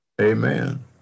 Amen